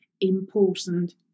important